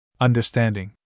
Understanding